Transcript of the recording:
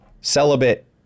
celibate